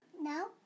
No